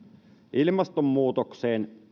ilmastonmuutokseen